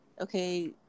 Okay